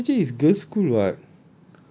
ya C_H_I_J is a girls' school [what]